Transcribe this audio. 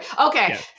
Okay